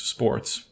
Sports